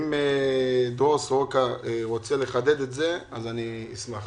אם דרור סורוקה רוצה לחדד את זה אני אשמח.